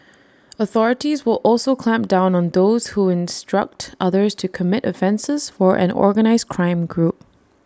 authorities will also clamp down on those who instruct others to commit offences for an organised crime group